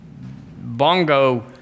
bongo